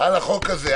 על הצעת החוק הזאת.